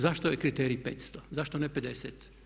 Zašto je kriterij 500, zašto ne 50?